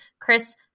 Chris